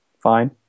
Fine